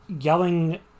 yelling